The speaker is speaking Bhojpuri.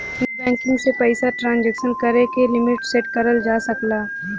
नेटबैंकिंग से पइसा ट्रांसक्शन करे क लिमिट सेट करल जा सकला